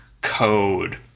code